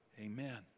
Amen